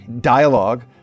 dialogue